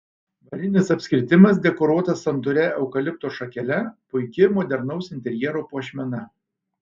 varinis apskritimas dekoruotas santūria eukalipto šakele puiki modernaus interjero puošmena